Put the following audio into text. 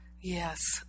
Yes